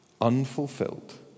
Unfulfilled